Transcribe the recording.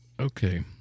Okay